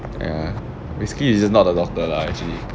!aiya! basically it's just not the doctor lah actually